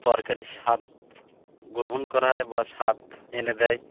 তরকারি স্বাদ গ্রহণ করা হয় বা স্বাদ এনে দেয়